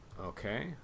Okay